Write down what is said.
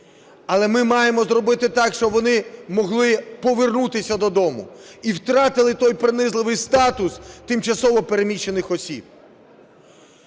Але ми маємо зробити так, щоб вони могли повернутися додому і втратили той принизливий статус тимчасово переміщених осіб.